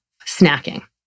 snacking